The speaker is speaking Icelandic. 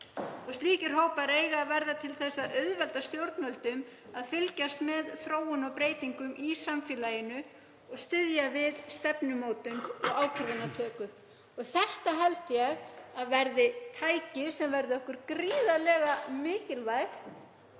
Slíkir hópar eiga að verða til þess að auðvelda stjórnvöldum að fylgjast með þróun og breytingum í samfélaginu og styðja við stefnumótun og ákvörðunartöku. Þetta held ég að verði tæki sem verði okkur gríðarlega mikilvægt